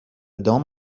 دام